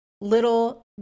little